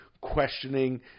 questioning